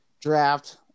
draft